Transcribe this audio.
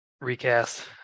recast